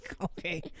okay